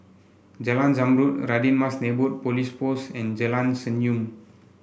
Jalan Zamrud Radin Mas Neighbourhood Police Post and Jalan Senyum